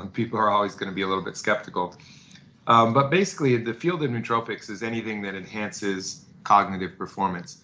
and people are always going to be a little bit skeptical um but basically the field in nootropics is anything that enhances cognitive performance